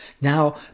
Now